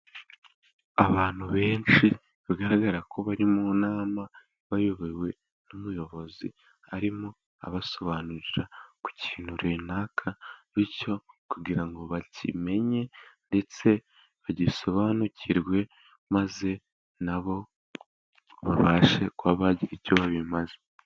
Abantu benshi bigaragara ko bari mu nama bayobowe n'umuyobozi, arimo abasobanurira ku kintu runaka bityo kugira ngo bakimenye ndetse bagisobanukirwe, maze na bo babashe kuba bagira icyo babimaza.